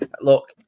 Look